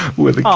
were the